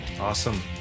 awesome